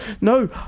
no